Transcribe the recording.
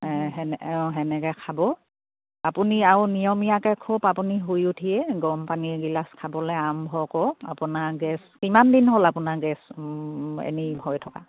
সেনে অঁ সেনেকে খাব আপুনি আৰু নিয়মীয়াকে খুব আপুনি শুই উঠিয়ে গৰম পানী এগিলাচ খাবলে আৰম্ভ কৰক আপোনাৰ গেছ কিমান দিন হ'ল আপোনাৰ গেছ এনেই হৈ থকা